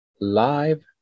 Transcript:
live